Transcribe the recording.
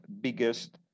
biggest